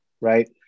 Right